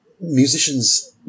Musicians